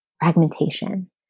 fragmentation